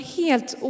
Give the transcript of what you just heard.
helt